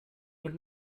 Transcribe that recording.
und